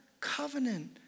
covenant